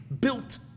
built